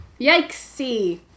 Yikesy